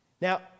Now